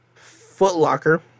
footlocker